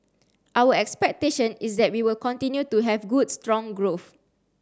our expectation is that we will continue to have good strong growth